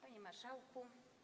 Panie Marszałku!